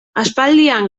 aspaldian